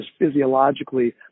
physiologically